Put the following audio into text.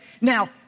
Now